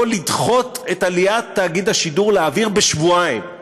לדחות את עליית תאגיד השידור לאוויר בשבועיים.